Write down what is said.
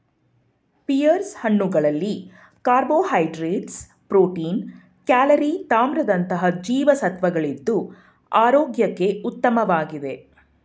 pears ಹಣ್ಣುಗಳಲ್ಲಿ carbohydrates, protein, calorie ತಾಮ್ರದಂತಹ ಜೀವಸತ್ವಗಳಿದ್ದು ಆರೋಗ್ಯಕ್ಕೆ ಉತ್ತಮವಾಗಿದೆ